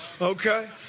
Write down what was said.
Okay